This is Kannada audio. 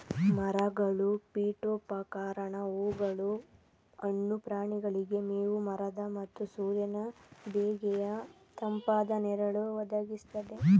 ಮರಗಳು ಪೀಠೋಪಕರಣ ಹೂಗಳು ಹಣ್ಣು ಪ್ರಾಣಿಗಳಿಗೆ ಮೇವು ಮರದ ಮತ್ತು ಸೂರ್ಯನ ಬೇಗೆಯ ತಂಪಾದ ನೆರಳು ಒದಗಿಸ್ತದೆ